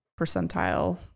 percentile